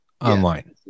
online